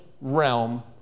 realm